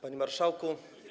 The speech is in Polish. Panie Marszałku!